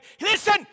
Listen